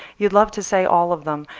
you'd love to say all of them.